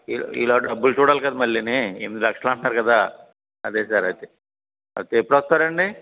ఈ లో ఈ లోపు డబ్బులు చూడాలి కదా మళ్ళీని ఎనిమిది లక్షలంటున్నారు కదా అదే సార్ అదే అయితే ఎప్పుడొస్తారండీ